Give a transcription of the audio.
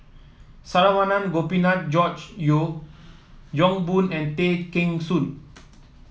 Saravanan Gopinathan George Yeo Yong Boon and Tay Kheng Soon